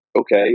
Okay